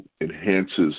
enhances